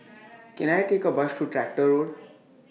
Can I Take A Bus to Tractor Road